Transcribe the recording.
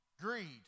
Greed